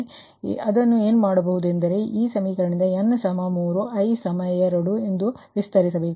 ಆದ್ದರಿಂದ ಅದನ್ನು ಏನು ಮಾಡಬಹುದೆಂದರೆ ಈ ಸಮೀಕರಣದಿಂದ n 3 ಈಗ i 2 ವಿಸ್ತರಿಸಬೇಕು